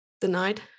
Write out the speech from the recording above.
denied